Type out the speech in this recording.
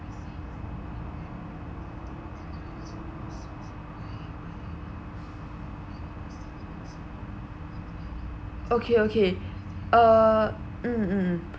okay okay uh mm mm mm